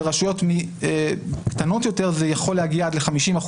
ברשויות קטנות יותר זה יכול להגיע עד ל-50%,